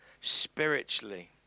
spiritually